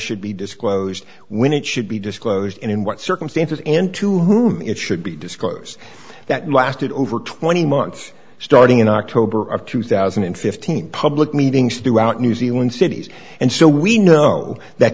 should be disclosed when it should be disclosed and in what circumstances and to whom it should be disclosed that lasted over twenty months starting in october of two thousand and fifteen public meetings throughout new zealand cities and so we know that